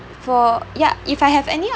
for ya if I have any